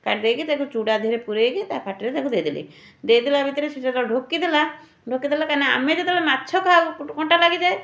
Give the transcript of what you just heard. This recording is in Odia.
କାଟିଦେଇକି ତାକୁ ଚୁଡ଼ା ଦେହରେ ପୂରେଇକି ତା ପାଟିରେ ତାକୁ ଦେଇଦେଲି ଦେଇଦେଲା ଭିତରେ ସିଏ ଯେତେବେଳେ ଢୋକିଦେଲା ଢୋକିଦେଲା କାରଣ ଆମେ ଯେତେବେଳେ ମାଛ ଖାଉ କଣ୍ଟା ଲାଗିଯାଏ